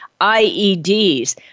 IEDs